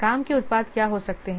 काम के उत्पाद क्या हो सकते हैं